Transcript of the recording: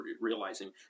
realizing